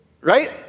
right